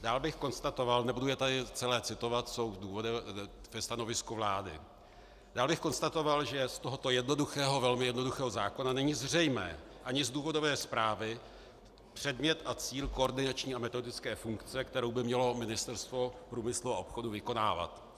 Dál bych konstatoval nebudu je tady celé citovat, jsou ve stanovisku vlády dál bych konstatoval, že z tohoto jednoduchého, velmi jednoduchého zákona nejsou zřejmé, ani z důvodové zprávy, předmět a cíl koordinační a metodické funkce, kterou by mělo Ministerstvo průmyslu a obchodu vykonávat.